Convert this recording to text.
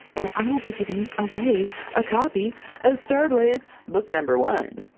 and i will be giving away a copy of starblaze book number one!